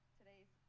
today's